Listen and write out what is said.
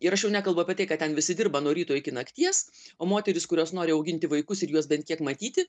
ir aš jau nekalbu apie tai kad ten visi dirba nuo ryto iki nakties o moterys kurios nori auginti vaikus ir juos bent kiek matyti